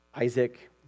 Isaac